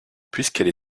puisqu’elle